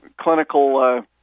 clinical